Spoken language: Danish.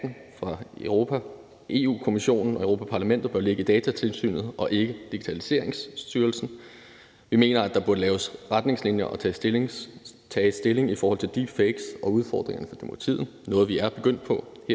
Actfra Europa-Kommissionen og Europa-Parlamentet bør ligge i Datatilsynet og ikke Digitaliseringsstyrelsen. Vi mener, at der burde laves retningslinjer og tages stilling i forhold til deepfakes og udfordringer for demokratiet, hvilket er noget, vi er begyndt på her